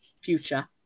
future